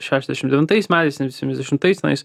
šešiasdešimt devintais metais ten septyniasdešimtais tenais